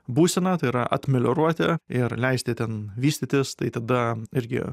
būseną tai yra atmelijoruoti ir leisti ten vystytis tai tada irgi